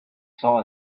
saw